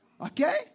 Okay